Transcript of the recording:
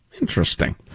Interesting